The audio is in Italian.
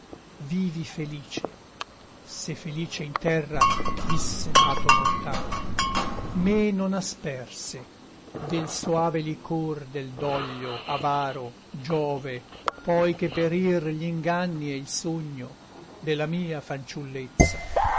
vivi felice se felice in terra visse nato mortal me non asperse del soave licor del doglio avaro giove poi che perir gl'inganni e il sogno della mia fanciullezza